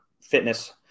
fitness